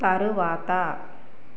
తరువాత